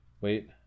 wait